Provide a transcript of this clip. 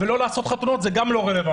ולא לעשות חתונות זה גם לא רלוונטי.